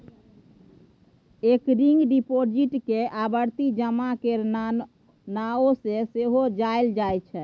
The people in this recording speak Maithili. रेकरिंग डिपोजिट केँ आवर्ती जमा केर नाओ सँ सेहो जानल जाइ छै